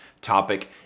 topic